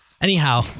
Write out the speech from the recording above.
Anyhow